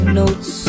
notes